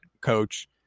coach